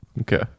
Okay